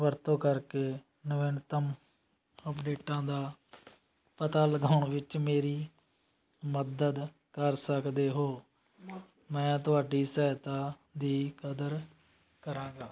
ਵਰਤੋਂ ਕਰਕੇ ਨਵੀਨਤਮ ਅਪਡੇਟਾਂ ਦਾ ਪਤਾ ਲਗਾਉਣ ਵਿੱਚ ਮੇਰੀ ਮਦਦ ਕਰ ਸਕਦੇ ਹੋ ਮੈਂ ਤੁਹਾਡੀ ਸਹਾਇਤਾ ਦੀ ਕਦਰ ਕਰਾਂਗਾ